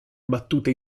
battute